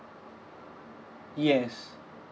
yes